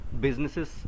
businesses